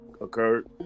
occurred